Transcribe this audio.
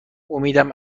امیدم